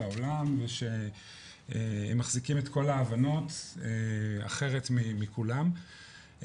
העולם ושהם מחזיקים את כל ההבנות אחרת מכולם,